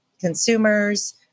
consumers